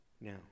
Now